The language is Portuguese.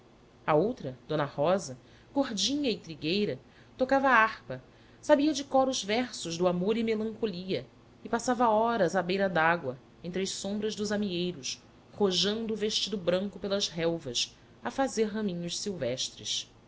a outra d rosa gordinha e trigueira tocava harpa sabia de cor os versos do amor e melancolia e passava horas a beira da água entre a sombra dos amieiros rojando o vestido branco pelas relvas a fazer raminhos silvestres